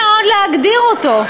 קשה מאוד להגדיר אותו.